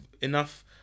enough